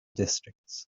districts